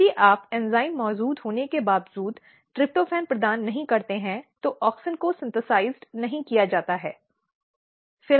यदि आप एंजाइम मौजूद होने के बावजूद ट्रिप्टोफैन प्रदान नहीं करते हैं तो ऑक्सिन को संश्लेषित नहीं किया जाता है